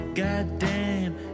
goddamn